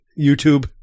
YouTube